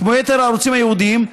כמו יתר הערוצים הייעודיים,